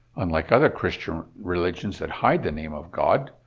unlike other christian religions that hide the name of god,